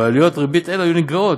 ועלויות ריבית אלו היו נגרעות,